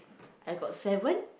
I got seven